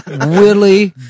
Willie